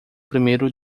primeiro